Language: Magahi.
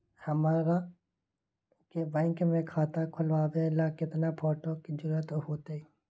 हमरा के बैंक में खाता खोलबाबे ला केतना फोटो के जरूरत होतई?